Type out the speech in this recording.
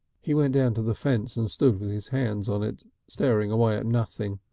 he went down to the fence, and stood with his hands on it staring away at nothing.